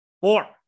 four